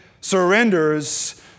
surrenders